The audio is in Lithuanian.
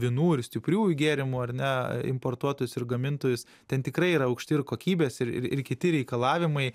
vynų ir stipriųjų gėrimų ar ne importuotus ir gamintojus ten tikrai yra aukšti ir kokybės ir ir kiti reikalavimai